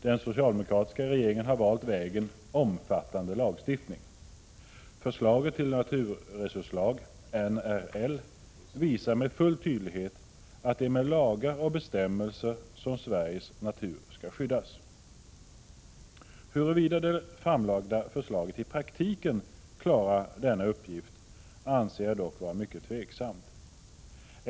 Den socialdemokratiska regeringen har valt vägen omfattande lagstiftning. Förslaget till naturresurslag, NRL, visar med full tydlighet att det är med lagar och bestämmelser som Sveriges natur skall skyddas. Huruvida det framlagda förslaget i praktiken klarar denna uppgift anser jag dock vara mycket tveksamt.